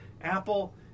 Apple